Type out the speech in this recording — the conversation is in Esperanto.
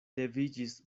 leviĝis